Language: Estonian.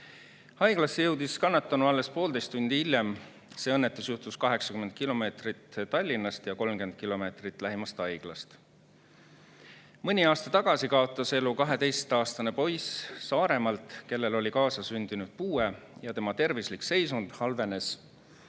Haiglasse jõudis kannatanu alles poolteist tundi hiljem, kuigi õnnetus juhtus 80 kilomeetri [kaugusel] Tallinnast ja 30 kilomeetri [kaugusel] lähimast haiglast. Mõni aasta tagasi kaotas elu 12‑aastane poiss Saaremaalt, kellel oli kaasasündinud puue. Tema tervislik seisund halvenes